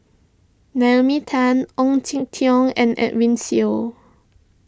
Naomi Tan Ong Jin Teong and Edwin Siew